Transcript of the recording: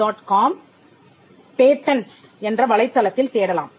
compatents என்ற வலைத்தளத்தில் தேடலாம்